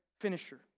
finisher